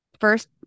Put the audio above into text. first